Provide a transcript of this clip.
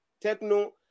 Techno